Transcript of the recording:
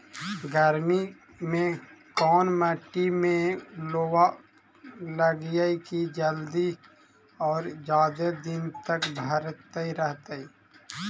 गर्मी में कोन मट्टी में लोबा लगियै कि जल्दी और जादे दिन तक भरतै रहतै?